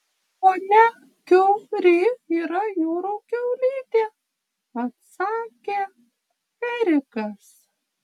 ponia kiuri yra jūrų kiaulytė atsakė erikas